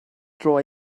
dro